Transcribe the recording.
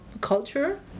culture